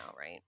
right